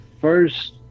first